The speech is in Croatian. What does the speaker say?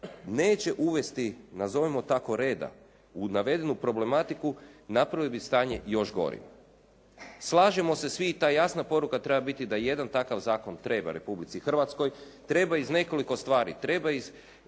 neće uvesti nazovimo tako reda u navedenu problematiku napravili bi stanje još gorim. Slažemo se svi i ta jasna poruka treba biti da jedan takav zakon treba Republici Hrvatskoj. Treba iz nekoliko stvari. Treba iz